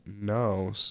no